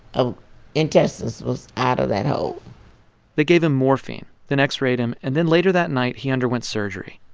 ah intestines was out of that hole they gave him morphine, then x-rayed him. and then later that night, he underwent surgery.